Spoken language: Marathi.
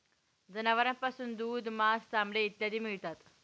जनावरांपासून दूध, मांस, चामडे इत्यादी मिळतात